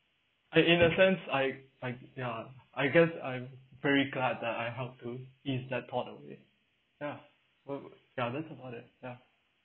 I in a sense I I ya I guess I'm very glad that I help to ease that thought away ya well ya that's about it ya